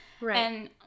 Right